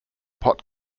pot